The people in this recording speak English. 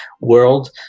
world